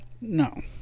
No